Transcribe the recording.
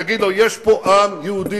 תגיד לו: יש פה עם יהודי,